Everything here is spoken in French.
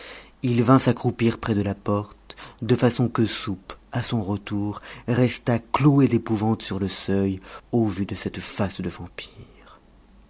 il vint s'accroupir près de la porte de façon que soupe à son retour restât cloué d'épouvante sur le seuil au vu de cette face de vampire